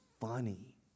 funny